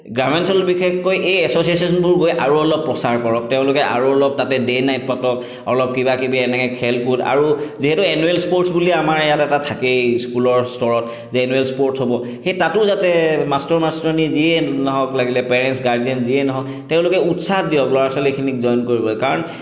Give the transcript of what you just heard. গ্ৰামাঞ্চলত বিশেষকৈ এই এছ'চিয়েশ্যনবোৰ গৈ আৰু অলপ প্ৰচাৰ কৰক তেওঁলোকে আৰু অলপ তাতে ডে' নাইট পাতক অলপ কিবাকিবি এনেকৈ খেল কুদ আৰু যিহেতু এনুৱেল স্পৰ্টছ্ বুলি আমাৰ ইয়াত কিবা এটা থাকেই স্কুলৰ স্তৰত যে এনুৱেল স্পৰ্টছ্ হ'ব সেই তাতো যাতে মাষ্টৰ মাষ্টৰনী যিয়ে নহওক লাগিলে পেৰেণ্টছ্ গাৰ্জেন যিয়ে নহওক তেওঁলোকে উৎসাহ দিয়ক ল'ৰা ছোৱালীখিনিক জইন কৰিবলৈ কাৰণ